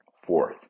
Fourth